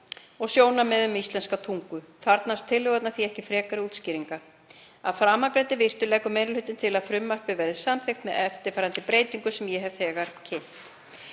og sjónarmiðum um íslenska tungu. Þarfnast tillögurnar því ekki frekari útskýringa. Að framangreindu virtu leggur meiri hlutinn til að frumvarpið verði samþykkt með eftirfarandi breytingu sem ég hef þegar kynnt.